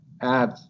add